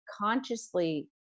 consciously